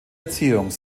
erziehung